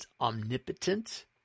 omnipotent